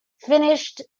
finished